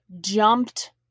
jumped